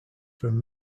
from